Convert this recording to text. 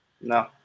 No